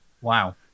Wow